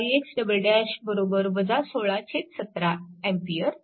आपल्याला ix 16 17A मिळते